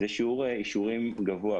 זה שיעור אישורים גבוה,